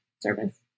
service